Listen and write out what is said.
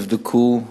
נבדקו,